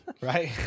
Right